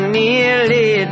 nearly